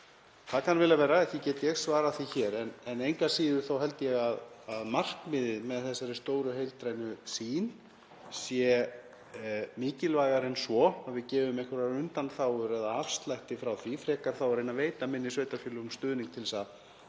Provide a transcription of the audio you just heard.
Það kann vel að vera, ekki get ég svarað því hér, en engu að síður held ég að markmiðið með þessari stóru heildrænu sýn sé mikilvægari en svo að við gefum einhverjar undanþágur frá því eða afslætti, frekar verði reynt að veita minni sveitarfélögum stuðning til þess að